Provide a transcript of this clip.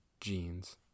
jeans